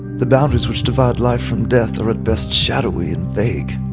the boundaries which divide life from death are at best shadowy and vague.